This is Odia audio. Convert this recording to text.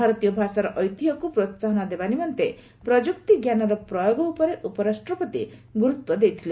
ଭାରତୀୟ ଭାଷାର ଐତିହ୍ୟକୁ ପ୍ରୋସାହନ ଦେବା ନିମନ୍ତେ ପ୍ରଯୁକ୍ତି ଜ୍ଞାନର ପ୍ରୟୋଗ ଉପରେ ଉପରାଷ୍ଟ୍ରପତି ଗୁରୁତ୍ୱ ଦେଇଥିଲେ